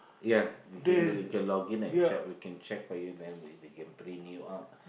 ya you can go you can login and check we can check for you then we they can print new out